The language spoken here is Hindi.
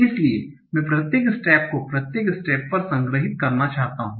इसलिए मैं प्रत्येक स्टेट को प्रत्येक स्टेप पर संग्रहीत करना चाहता हूं